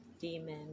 demon